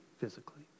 physically